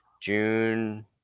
June